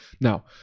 Now